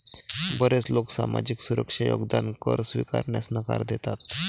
बरेच लोक सामाजिक सुरक्षा योगदान कर स्वीकारण्यास नकार देतात